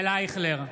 ישראל אייכלר,